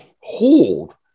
hold